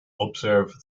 observe